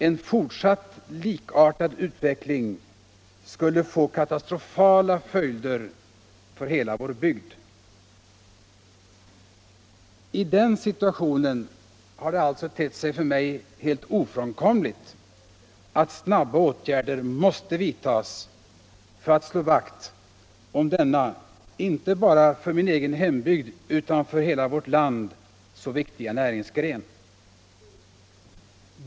En likartad utveckling i fortsättningen skulle få katastrofala följder för hela vår bygd. I den situationen har det alltså för mig tett sig helt ofrånkomligt att snabba åtgärder vidtas för att slå vakt om denna inte bara för min egen hembygd utan för hela vårt land så viktiga näringsgren.